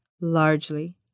largely